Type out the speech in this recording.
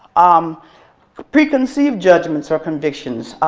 um preconceived judgements or convictions.